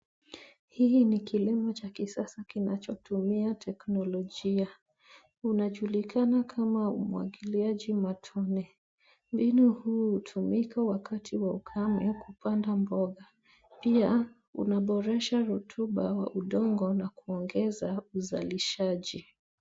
Hii ni kilimo cha kisasa kinachotumia teknolojia. Unajulikana kama umwagiliaji matone. Mbinu hii hutumika wakati wa ukame kupanda mboga , pia unaboresha rutuba wa udongo na kuongeza uzalishaji.